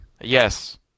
Yes